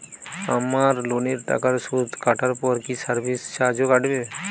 আমার লোনের টাকার সুদ কাটারপর কি সার্ভিস চার্জও কাটবে?